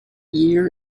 year